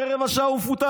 אחרי רבע שעה הוא מפוטר.